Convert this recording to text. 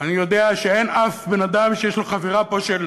אני יודע שאין אף בן-אדם שיש לו חבירה פה של